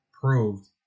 proved